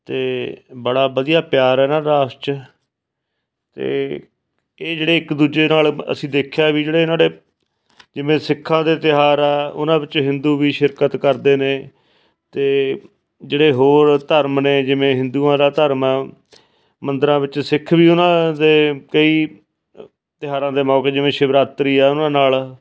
ਅਤੇ ਬੜਾ ਵਧੀਆ ਪਿਆਰ ਹੈ ਇਹਨਾਂ ਦਾ ਆਪਸ 'ਚ ਅਤੇ ਇਹ ਜਿਹੜੇ ਇੱਕ ਦੂਜੇ ਨਾਲ ਅਸੀਂ ਦੇਖਿਆ ਵੀ ਜਿਹੜੇ ਇਹਨਾਂ ਦੇ ਜਿਵੇਂ ਸਿੱਖਾਂ ਦੇ ਤਿਉਹਾਰ ਆ ਉਹਨਾਂ ਵਿੱਚ ਹਿੰਦੂ ਵੀ ਸ਼ਿਰਕਤ ਕਰਦੇ ਨੇ ਅਤੇ ਜਿਹੜੇ ਹੋਰ ਧਰਮ ਨੇ ਜਿਵੇਂ ਹਿੰਦੂਆਂ ਦਾ ਧਰਮ ਮੰਦਰਾਂ ਵਿੱਚ ਸਿੱਖ ਵੀ ਉਹਨਾਂ ਦੇ ਕਈ ਤਿਉਹਾਰਾਂ ਦੇ ਮੌਕੇ ਜਿਵੇਂ ਸ਼ਿਵਰਾਤਰੀ ਆ ਉਹਨਾਂ ਨਾਲ